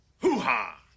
Hoo-ha